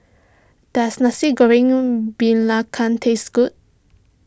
does Nasi Goreng Belacan taste good